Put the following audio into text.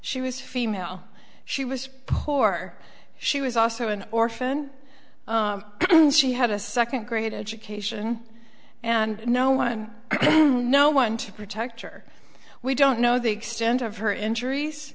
she was female she was poor she was also an orphan she had a second grade education and no one no one to protect her we don't know the extent of her injuries